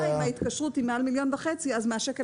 השאלה אם ההתקשרות היא מעל מיליון וחצי אז מהשקל